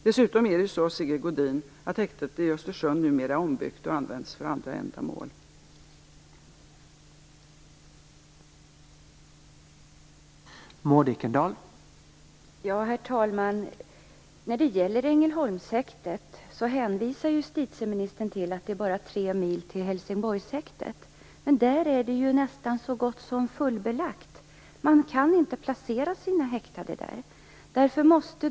Dessutom är häktet i Östersund numera ombyggt och används för andra ändamål, Sigge Godin.